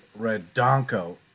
redonko